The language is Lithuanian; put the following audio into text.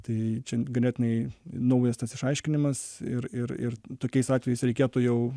tai čia ganėtinai naujas tas išaiškinimas ir ir ir tokiais atvejais reikėtų jau